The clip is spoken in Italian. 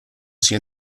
sia